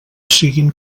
siguin